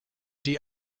die